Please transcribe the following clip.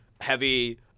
heavy